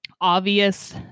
obvious